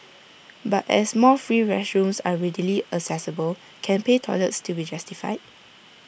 but as more free restrooms are readily accessible can pay toilets still be justified